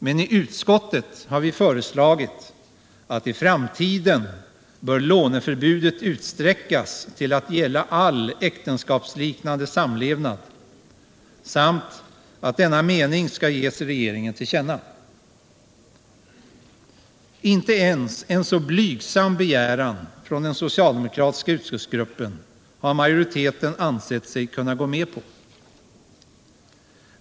Men i utskottet har vi föreslagit att låneförbudet i framtiden bör utsträckas till att gälla all äktenskapsliknande samlevnad samt att denna mening skall ges regeringen till känna. Inte ens en så blygsam begäran från den socialdemokratiska utskottsgruppen har majoriteten ansett sig kunna gå med på.